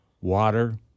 water